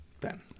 Ben